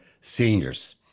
seniors